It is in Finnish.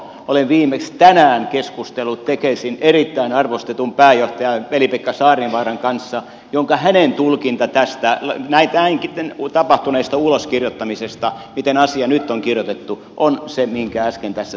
olen viimeksi tänään keskustellut tekesin erittäin arvostetun pääjohtajan veli pekka saarnivaaran kanssa jonka tulkinta tästä näin tapahtuneesta uloskirjoittamisesta miten asia nyt on kirjoitettu on se minkä äsken tässä sanoin